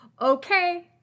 okay